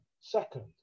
second